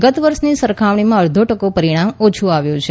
ગત વર્ષની સરખામણીમાં અડધો ટકો પરિણામ ઓછું આવ્યું છે